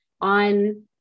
on